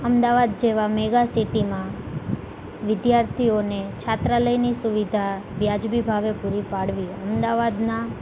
અમદાવાદ જેવા મેગા સિટીમાં વિદ્યાર્થીઓને છાત્રાલયની સુવિધા વાજબી ભાવે પૂરી પાડવી અમદાવાદના